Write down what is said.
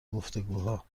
گفتگوها